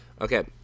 Okay